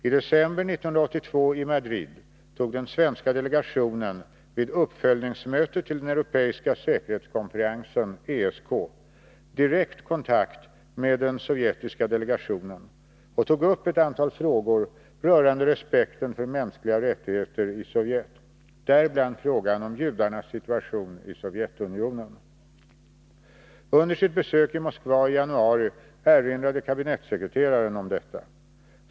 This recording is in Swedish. I december 1982 i Madrid tog den svenska delegationen vid uppföljningsmötet till den europeiska säkerhetskonferensen direkt med den sovjetiska delegationen upp ett antal frågor rörande respekten för mänskliga rättigheter i Sovjet, däribland frågan om judarnas situation i Sovjetunionen. Under sitt besök i Moskva i januari erinrade kabinettssekreteraren om detta.